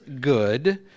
good